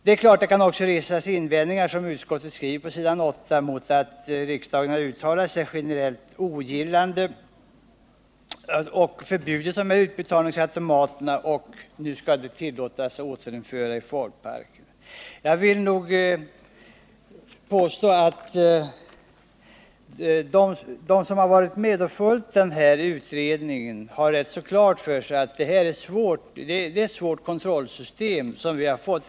Det är klart att det också, som utskottet skriver på s. 8 i betänkandet, skulle kunna resas invändningar mot att riksdagen, efter att ha uttalat sig generellt ogillande mot och förbjudit utbetalningsautomater, nu skulle tillåta att sådana infördes i folkparkerna. De som har följt denna utredning har ganska klart för sig att det är ett svårt kontrollsystem som vi har fått.